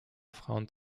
frauen